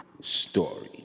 story